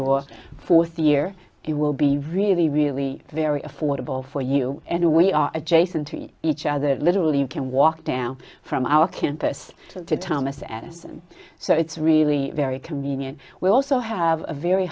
your fourth year it will be really really very affordable for you and we are adjacent to each other literally you can walk down from our campus to thomas addison so it's really very convenient we also have a very